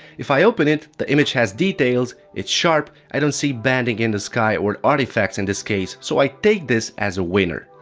if i open it, the image has details, it's sharp, i don't see banding in the sky or artifacts in this case, so i take this as a winner.